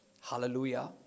Hallelujah